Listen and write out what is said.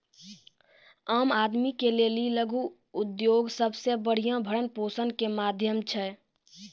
आम आदमी के लेली लघु उद्योग सबसे बढ़िया भरण पोषण के माध्यम छै